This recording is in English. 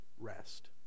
rest